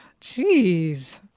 Jeez